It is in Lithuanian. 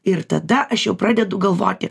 ir tada aš jau pradedu galvoti